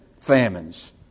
Famines